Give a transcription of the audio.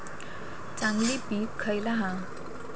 चांगली पीक खयला हा?